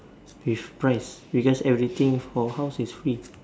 with price because everything for house is free